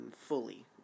fully